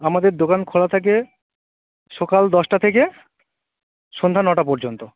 আমাদের দোকান খোলা থাকে সকাল দশটা থেকে সন্ধ্যা নটা পর্যন্ত